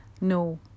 No